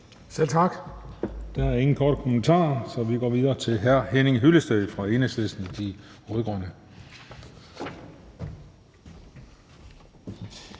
Selv tak. Der er ingen korte bemærkninger, så vi går videre til hr. Henning Hyllested fra Enhedslisten – De Rød-Grønne.